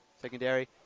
Secondary